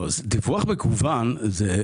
לא דיווח מקוון זה,